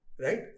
Right